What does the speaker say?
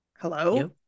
hello